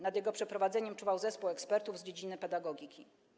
Nad jego przeprowadzeniem czuwał zespół ekspertów z dziedziny pedagogiki.